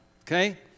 Okay